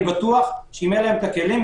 אני בטוח שאם יהיו להם הכלים,